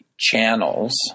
Channels